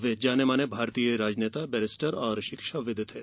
वे जाने माने भारतीय राजनेता बैरिस्टर और शिक्षाविद् थे